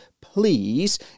please